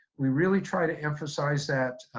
we really try to emphasize that,